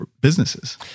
businesses